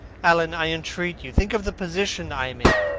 alan, i entreat you. think of the position i am in.